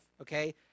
okay